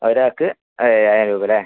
ഒരാർക്ക് ഏഴായിരം രൂപ അല്ലേ